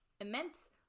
immense